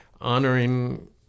honoring